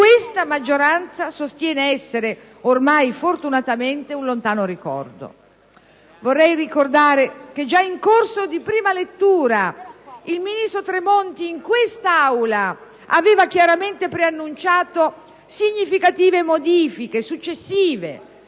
questa maggioranza sostiene essere, ormai e fortunatamente, un lontano ricordo. Vorrei ricordare che già in corso di prima lettura il ministro Tremonti in quest'Aula aveva chiaramente preannunciato significative modifiche successive,